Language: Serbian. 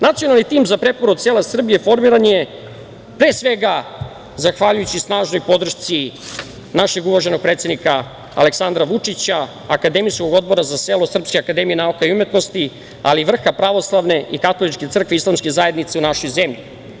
Nacionalni tim za preporod sela Srbije formiran je pre svega zahvaljujući snažnoj podršci našeg uvaženog predsednika Aleksandra Vučića, Akademijskog odbora za selo Srpske akademije nauka i umetnosti, ali i vrha pravoslavne i katoličke crkve i islamske zajednice u našoj zemlji.